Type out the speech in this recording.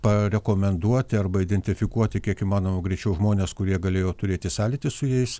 parekomenduoti arba identifikuoti kiek įmanoma greičiau žmones kurie galėjo turėti sąlytį su jais